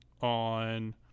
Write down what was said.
on